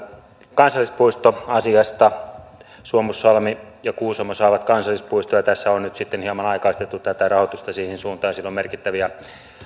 kansallispuistoasiasta suomussalmi ja kuusamo saavat kansallispuiston ja tässä on nyt sitten hieman aikaistettu tätä rahoitusta siihen suuntaan ja sillä on merkittäviä